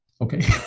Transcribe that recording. Okay